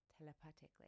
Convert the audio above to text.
telepathically